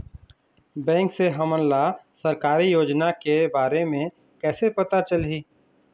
Bank से हमन ला सरकारी योजना के बारे मे कैसे पता चलही?